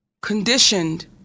conditioned